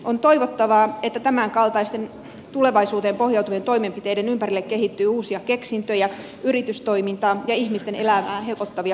on toivottavaa että tämänkaltaisten tulevaisuuteen pohjautuvien toimenpiteiden ympärille kehittyy uusia keksintöjä yritystoimintaa ja ihmisten elämää helpottavia palveluita